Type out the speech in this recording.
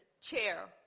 chair